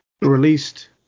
Released